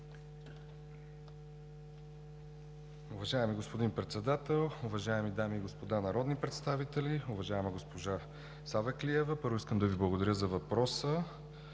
Уважаеми господин Председател, уважаеми дами и господа народни представители! Уважаема госпожо Савеклиева, първо, искам да Ви благодаря за въпроса.